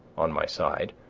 on my side,